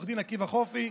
עו"ד עקיבא חופי,